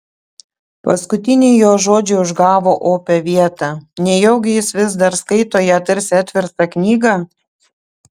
paskutiniai jo žodžiai užgavo opią vietą nejaugi jis vis dar skaito ją tarsi atverstą knygą